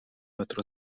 otro